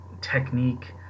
technique